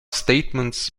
statements